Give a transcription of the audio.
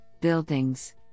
buildings